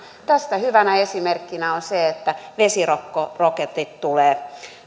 tästä hyvänä esimerkkinä on se että vesirokkorokote tulee